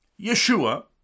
Yeshua